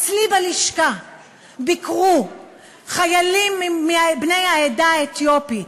אצלי בלשכה ביקרו חיילים בני העדה האתיופית,